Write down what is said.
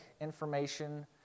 information